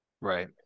Right